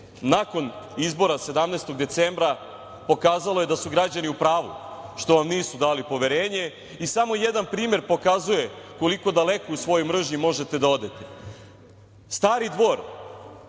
nakon izbora 17. decembra pokazalo je da su građani u pravu, što vam nisu dali poverenje i samo jedan primer pokazuje koliko daleko u svojoj mržnji možete da odete. Stari Dvor